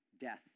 death